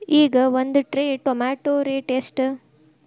ಈಗ ಒಂದ್ tray tomato rate ಎಷ್ಟ?